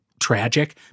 tragic